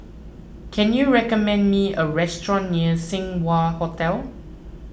can you recommend me a restaurant near Seng Wah Hotel